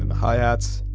and hi-hats.